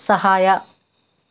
ಸಹಾಯ